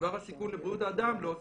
בדבר הסיכון לבריאות האדם מבקשים להוסיף: